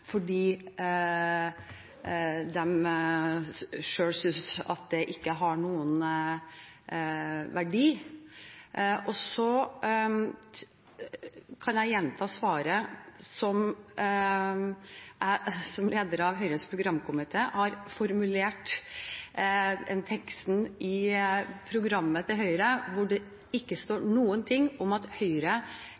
fordi de selv ikke synes det har noen verdi. Jeg kan gjenta svaret: Som leder av Høyres programkomité har jeg formulert teksten i Høyres program, hvor det ikke står